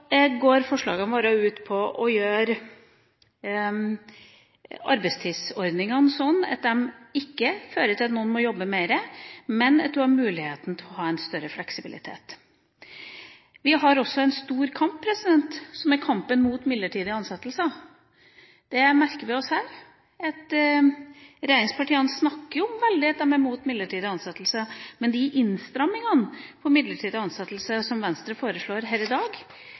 går forslagene våre ut på at arbeidstidsordningene ikke skal føre til at noen må jobbe mer, men at man har muligheten til å ha en større fleksibilitet. Vi har også en stor kamp mot midlertidige ansettelser. Vi merker oss at regjeringspartiene snakker mye om at de er imot midlertidige ansettelser. Men de innstrammingene i midlertidige ansettelser som det er Venstre som foreslår her i dag,